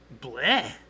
bleh